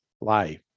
life